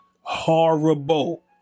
Horrible